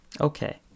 Okay